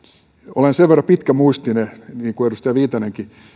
olen sen verran pitkämuistinen niin kuin edustaja viitanenkin